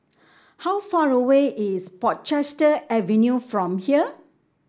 how far away is Portchester Avenue from here